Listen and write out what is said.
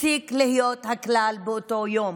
הפסיקו להיות הכלל באותו יום,